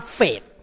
faith